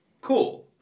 cool